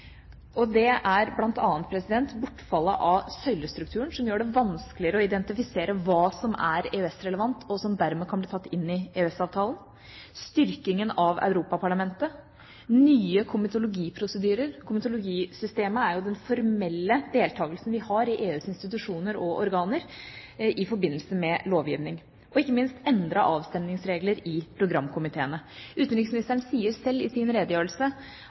bortfallet av søylestrukturen, som gjør det vanskeligere å identifisere hva som er EØS-relevant og som dermed kan bli tatt inn i EØS-avtalen, styrkingen av Europaparlamentet, nye komitologiprosedyrer – komitologisystemet er jo den formelle deltakelsen vi har i EUs institusjoner og organer i forbindelse med lovgivning – og, ikke minst, endrede avstemningsregler i programkomiteene. Utenriksministeren sier sjøl i sin redegjørelse